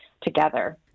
together